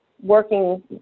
working